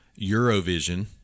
Eurovision